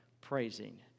praising